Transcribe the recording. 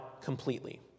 completely